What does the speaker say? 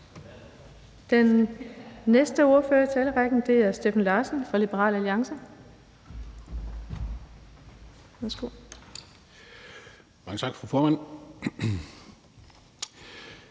Den næste ordfører i talerrækken er Steffen Larsen fra Liberal Alliance.